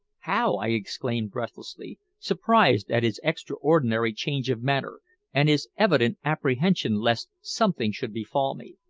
how? i exclaimed breathlessly, surprised at his extraordinary change of manner and his evident apprehension lest something should befall me.